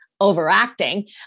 overacting